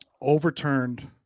overturned